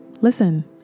listen